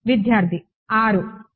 విద్యార్థి 6